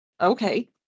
okay